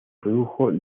produjo